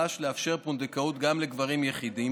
שדרש לאפשר פונדקאות גם לגברים יחידים